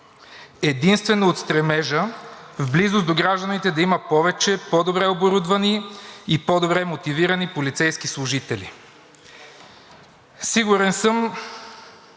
„Единствено от стремежа в близост до гражданите да има повече, по-добре оборудвани и по-добре мотивирани полицейски служители.“ Сигурен съм,